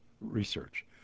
research